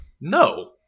No